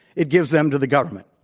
it gives them to the government.